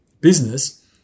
business